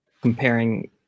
comparing